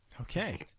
Okay